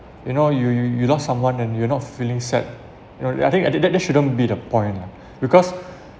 you know you you you lost someone and you're not feeling sad no I think I think that that shouldn't be the point lah because